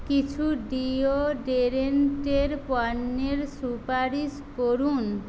কিছু ডিওডোরেন্টের পণ্যের সুপারিশ করুন